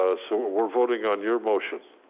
ah so we're voting on your motion,